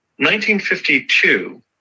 1952